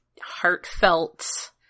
heartfelt